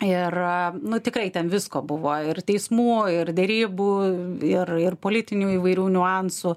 ir nu tikrai ten visko buvo ir teismų ir derybų ir ir politinių įvairių niuansų